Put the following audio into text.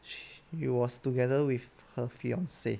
it was together with her fiance